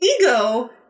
ego